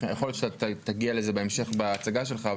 יכול להיות שאתה תגיע לזה בהמשך בהצגה שלך.